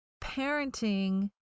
parenting